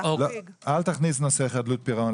אל תכניס נושא חדלות פירעון.